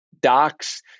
Docs